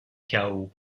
chaos